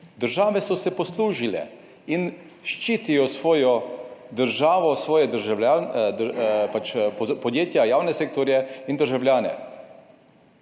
Države so se poslužile in ščitijo svojo državo, svoje državljane pač podjetja, javne sektorje in državljane.